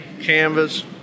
canvas